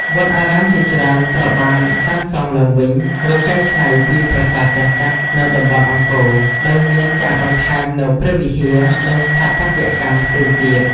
វត្តអារាមជាច្រើនត្រូវបានសាងសង់ឡើងវិញ ឬកែច្នៃពីប្រាសាទចាស់ៗនៅតំបន់អង្គរ ដោយមានការបន្ថែមនូវព្រះវិហារ និងស្ថាបត្យកម្មផ្សេងទៀត។